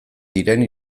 diren